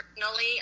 Personally